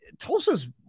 Tulsa's